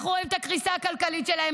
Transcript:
אנחנו רואים את הקריסה הכלכלית שלהם,